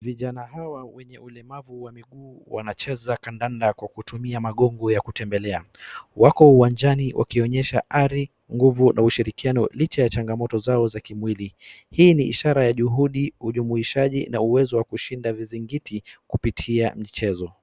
Vijana hawa wenye ulemavu wa miguu wanacheza kandanda kwa kutumia magongwe ya kutembelea. Wako uwanjani wakionyesha ari, nguvu na ushirikiano licha ya changamoto zao za kimwili. Hii ni ishara ya juhudi, ujumuishaji na uwezo wa kushinda vizingiti kupitia michezo.